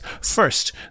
First